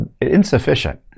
insufficient